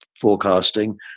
Forecasting